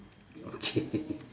okay